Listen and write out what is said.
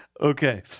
Okay